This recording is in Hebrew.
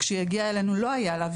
כשהיא הגיעה אלינו לא היה לה,